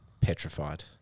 Petrified